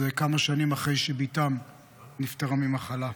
זה כמה שנים אחרי שבתם נפטרה ממחלה.